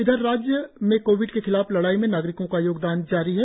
इधर राज्य में कोविड के खिलाफ लड़ाई में नागरिकों का योगदान जारी है